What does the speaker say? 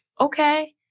okay